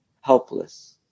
helpless